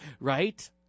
Right